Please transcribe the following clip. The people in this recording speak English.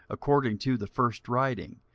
according to the first writing,